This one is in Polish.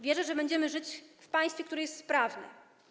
Wierzę, że będziemy żyć w państwie, które jest sprawne.